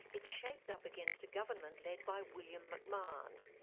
it shaped up against a government led by william mcmahon.